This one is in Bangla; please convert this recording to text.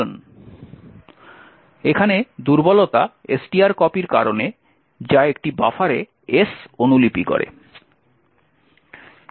সুতরাং এখানে দুর্বলতা strcpy এর কারণে যা একটি বাফারে S অনুলিপি করে